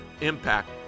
impact